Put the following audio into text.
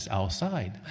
outside